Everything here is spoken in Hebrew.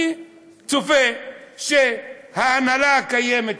אני צופה שההנהלה הקיימת,